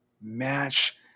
match